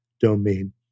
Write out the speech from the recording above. domain